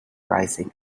rising